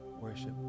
Worship